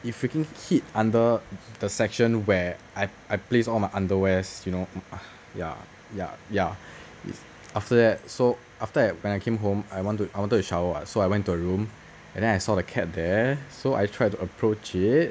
it freaking hid the section where I I place all my underwear's you know ya ya ya after that so after that when I came home I want to I wanted to shower so I went to the room and then I saw the cat there so I tried to approach it